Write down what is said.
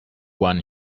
one